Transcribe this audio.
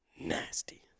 nasty